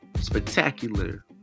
spectacular